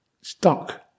stuck